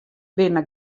binne